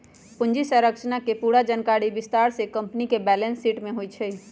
पूंजी संरचना के पूरा जानकारी विस्तार से कम्पनी के बैलेंस शीट में होई छई